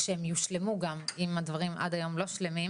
כשהן יושלמו גם אם הדברים עד היום לא שלמים,